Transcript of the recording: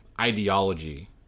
ideology